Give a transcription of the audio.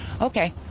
Okay